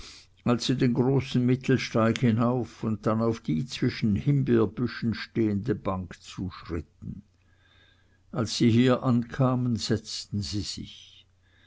als sie den großen mittelsteig hinauf und dann auf die zwischen den himbeerbüschen stehende bank zuschritten als sie hier ankamen setzten sie sich